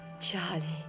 Charlie